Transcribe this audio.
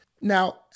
Now